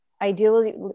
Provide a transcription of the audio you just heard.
Ideally